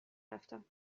رفتم